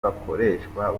bakoreshwa